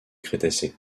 crétacé